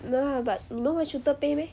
ya but 你们会 shooter pay meh